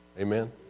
Amen